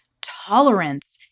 tolerance